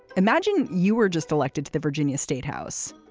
imagine you were just elected to the virginia state house.